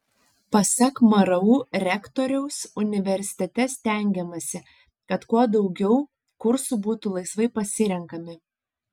pasak mru rektoriaus universitete stengiamasi kad kuo daugiau kursų būtų laisvai pasirenkami